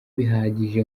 bihagije